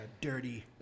dirty